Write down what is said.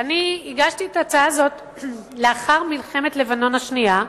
אני הגשתי את ההצעה הזאת לאחר מלחמת לבנון השנייה,